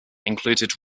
included